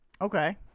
okay